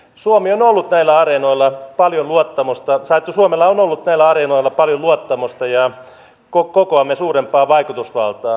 suomella on ollut näillä areenoilla paljon luottamusta on saatu suomella on ollut täällä eivät paljon luottamusta ja kokoamme suurempaa vaikutusvaltaa